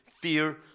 fear